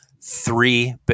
three